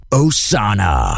osana